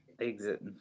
exit